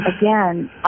again